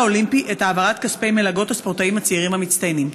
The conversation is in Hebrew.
האולימפי את העברת כספי מלגות הספורטאים הצעירים המצטיינים?